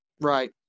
Right